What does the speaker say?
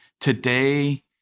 today